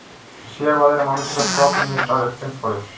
share বাজারে মানুষেরা stock invest আর এক্সচেঞ্জ করে